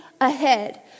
ahead